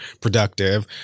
productive